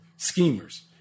Schemers